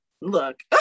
look